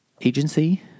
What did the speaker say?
agency